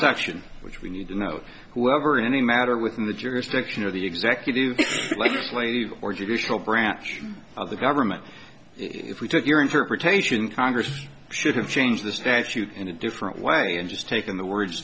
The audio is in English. section which we need to know whoever in any matter within the jurisdiction of the executive legislative or judicial branch of the government if we took your interpretation congress shouldn't change the statute in a different way and just take in the words